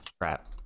Crap